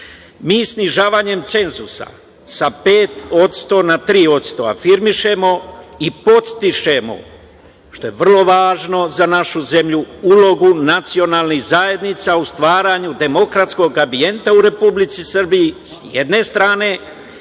kasnije. Snižavanjem cenzusa sa 5% na 3% afirmišemo i podstičemo, što je vrlo važno za našu zemlju, ulogu nacionalnih zajednica u stvaranju demokratskog ambijenta u Republici Srbiji, s jedne strane,